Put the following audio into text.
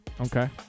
Okay